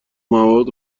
مواد